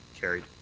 carried.